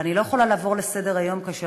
אבל אני לא יכולה לעבור לסדר-היום כאשר